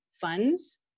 funds